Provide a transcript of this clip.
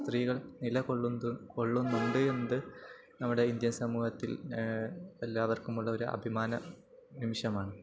സ്ത്രീകൾ നിലക്കൊകൊള്ളുന്നുണ്ട് എന്നതു നമ്മുടെ ഇന്ത്യൻ സമൂഹത്തിൽ എല്ലാവർക്കുമുള്ള ഒരഭിമാന നിമിഷമാണ്